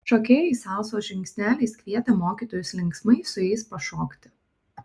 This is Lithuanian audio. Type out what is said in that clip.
šokėjai salsos žingsneliais kvietė mokytojus linksmai su jais pašokti